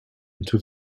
into